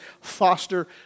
foster